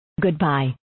Goodbye